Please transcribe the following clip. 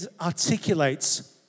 articulates